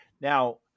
Now